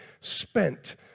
spent